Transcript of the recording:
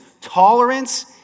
tolerance